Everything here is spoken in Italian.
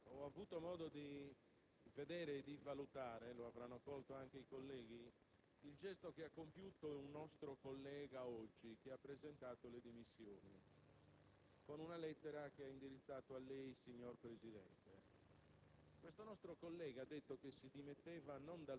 Stranamente, nel corso di questa discussione, ho avuto modo di vedere e di valutare - lo avranno colto anche i colleghi - il gesto che ha compiuto un nostro collega oggi che ha presentato le dimissioni